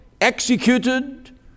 executed